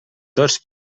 tots